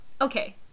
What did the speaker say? okay